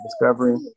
discovery